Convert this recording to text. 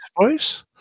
voice